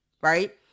Right